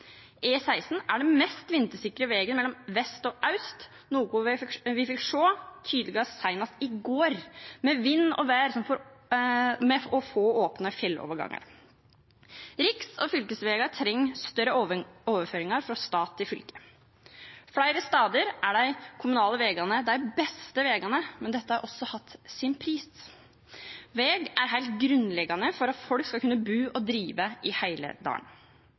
er den mest vintersikre veien mellom vest og øst, noe vi fikk se tydelig senest i går, med vind og vær og få åpne fjelloverganger. Riks- og fylkesveier trenger større overføringer fra stat til fylke. Flere steder er de kommunale veiene de beste veiene, men dette har også hatt sin pris. Vei er helt grunnleggende for at folk skal kunne bo og drive i hele